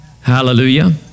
Hallelujah